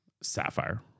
Sapphire